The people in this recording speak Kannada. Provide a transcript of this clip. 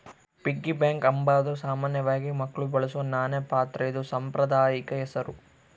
ಪಿಗ್ಗಿ ಬ್ಯಾಂಕ್ ಅಂಬಾದು ಸಾಮಾನ್ಯವಾಗಿ ಮಕ್ಳು ಬಳಸೋ ನಾಣ್ಯ ಪಾತ್ರೆದು ಸಾಂಪ್ರದಾಯಿಕ ಹೆಸುರು